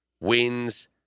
wins